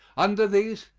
under these,